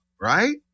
right